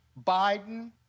Biden